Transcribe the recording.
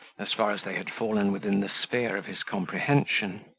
as far as they had fallen within the sphere of his comprehension.